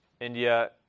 India